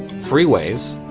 freeways,